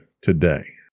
today